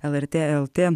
lrt lt